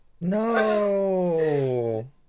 No